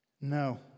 No